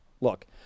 look